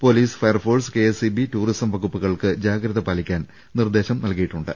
police fire force KSEB tourism വകുപ്പുകൾക്ക് ജാഗ്രത പാലിക്കാൻ നിർദേശം നൽകിയിട്ടുണ്ട്